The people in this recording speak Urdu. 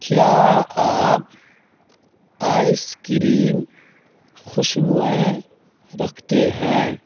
کیا آپ آئس کریم خوشبوئیں رکھتے ہیں